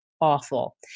awful